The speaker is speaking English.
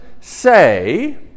say